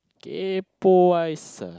kaypoh eyes ah